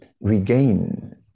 regain